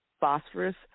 phosphorus